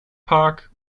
park